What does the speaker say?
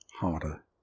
harder